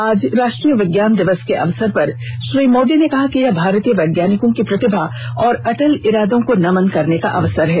आज राष्ट्रीय विज्ञान दिवस के अवसर पर श्री मोदी ने कहा कि यह भारतीय वैज्ञानिकों की प्रतिभा और अटल इरादों को नमन करने का अवसर है